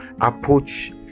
approach